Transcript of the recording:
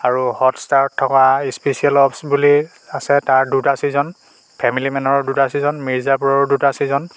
আৰু হ'টষ্টাৰত থকা স্পিচিয়েল অপচ বুলি আছে তাৰ দুটা ছিজন ফেমিলি মেনৰ দুটা ছিজন মিৰ্জাপুৰৰ দুটা ছিজন